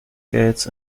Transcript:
gates